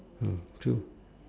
mm true